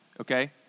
okay